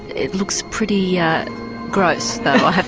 it looks pretty yeah gross, though, i have